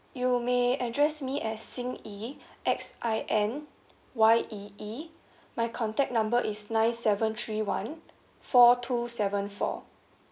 you may address me as xin yee X I N Y E E my contact number is nine seven three one four two seven four